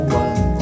one